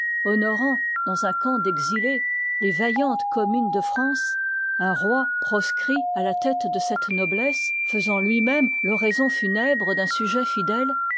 honorant dans un camp d'exilés les vaillantes communes de france un roi proscrit à la tête de cette noblesse faisant lui-même foraison funèbre d'un sujet fidèle